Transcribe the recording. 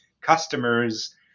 customers